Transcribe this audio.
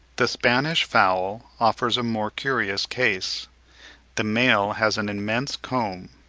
the spanish fowl offers a more curious case the male has an immense comb,